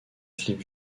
clip